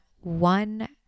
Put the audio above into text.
one